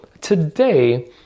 today